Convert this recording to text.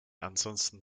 ansonsten